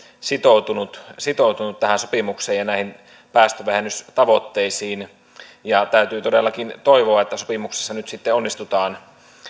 sitoutunut sitoutunut tähän sopimukseen ja näihin päästövähennystavoitteisiin täytyy todellakin toivoa että sopimuksessa nyt sitten onnistutaan